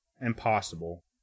impossible